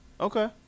Okay